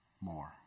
more